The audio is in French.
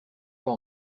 pas